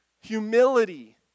humility